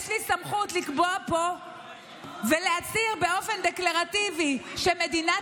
יש לי סמכות לקבוע פה ולהצהיר באופן דקלרטיבי שמדינת